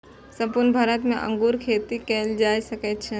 संपूर्ण भारत मे अंगूर खेती कैल जा सकै छै